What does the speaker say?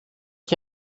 ich